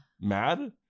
mad